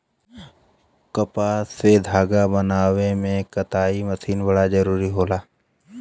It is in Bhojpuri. कपास से धागा बनावे में कताई मशीन बड़ा जरूरी होला